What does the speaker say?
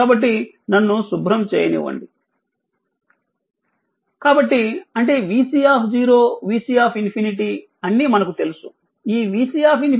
కాబట్టి నన్ను శుభ్రం చేయనివ్వండి కాబట్టి అంటే vC vC∞ అన్నీ మనకు తెలుసు